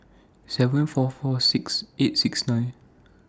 seven four four six eight six nine